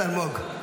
חבר הכנסת אלמוג.